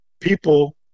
people